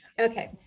okay